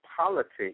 politics